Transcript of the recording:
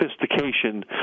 sophistication